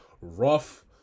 rough